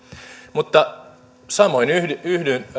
mutta samoin yhdyn yhdyn